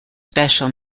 special